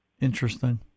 Interesting